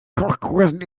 kochkursen